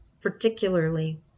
particularly